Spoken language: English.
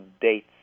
dates